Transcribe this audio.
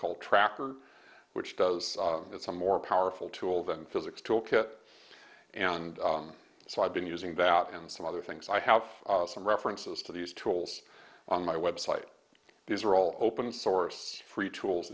called tracker which does it's a more powerful tool than physics took it and so i've been using that and some other things i have some references to these tools on my website these are all open source free tools